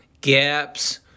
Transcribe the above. gaps